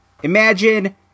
Imagine